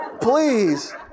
Please